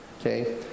Okay